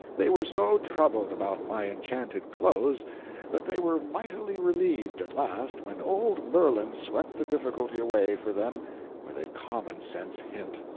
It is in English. they were so troubled about my enchanted clothes that they were mightily relieved, at last, when old merlin swept the difficulty away for them with a common-sense hint.